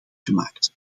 gemaakt